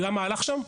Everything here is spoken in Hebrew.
אתה יודע מה הלך שם?